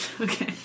Okay